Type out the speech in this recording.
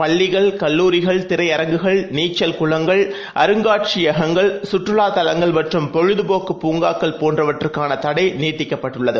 பள்ளிகள் கல்லூரிகள் திரையரங்குகள் நீச்சல்குளங்கள் அருங்காட்சியகங்கள் சுற்றுலாதலங்கள்மற்றும்பொழுதுபோக்குபூங்காக்கள்போன்றவற்றுக்கானத டைநீடிக்கப்பட்டுள்ளது